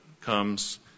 comes